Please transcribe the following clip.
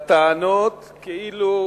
לטענות כאילו